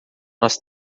nós